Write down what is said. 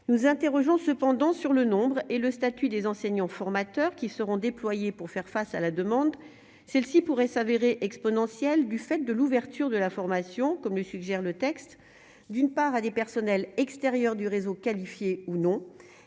nous interrogeons cependant sur le nombre et le statut des enseignants-formateurs qui seront déployés pour faire face à la demande, celle-ci pourrait s'avérer exponentielle du fait de l'ouverture de l'information, comme le suggère le texte d'une part à des personnels extérieurs du réseau qualifié ou non,